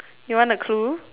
you want a clue